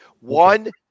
One